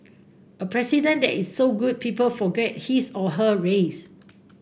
a president that is so good people forget his or her race